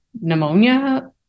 pneumonia